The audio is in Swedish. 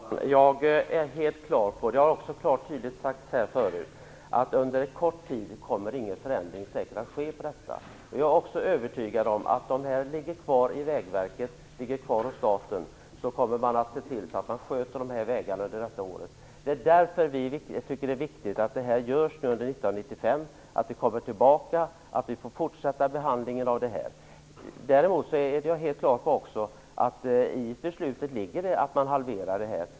Fru talman! Jag är helt på det klara med och det har klart och tydligt sagts här förut att på kort sikt kommer säkert ingen förändring att ske. Jag är också övertygad om att om pengarna ligger kvar hos Vägverket, hos staten, kommer man att se till att sköta de här vägarna detta år. Det är därför vi tycker att det är viktigt att analysen görs under 1995, att vi kommer tillbaka till frågan och får fortsätta behandlingen. Däremot är jag helt på det klara med att en halvering ligger i beslutet.